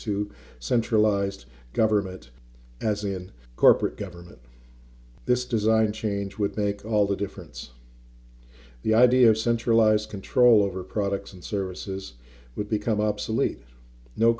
to centralized government as in corporate government this design change would make all the difference the idea of centralized control over products and services would become obsolete no